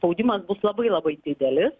spaudimas bus labai labai didelis